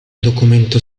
documento